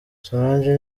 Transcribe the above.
solange